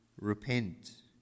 repent